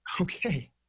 Okay